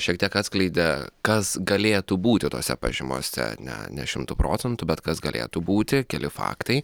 šiek tiek atskleidė kas galėtų būti tose pažymose ne ne šimtu procentų bet kas galėtų būti keli faktai